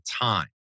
time